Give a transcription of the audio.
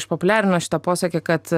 išpopuliarino šitą posakį kad